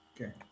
Okay